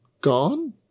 gone